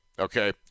Okay